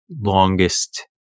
longest